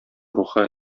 рухы